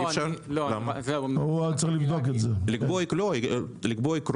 אני מתכוון על קביעת עקרונות.